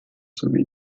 sowie